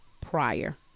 prior